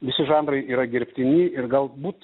visi žanrai yra gerbtini ir galbūt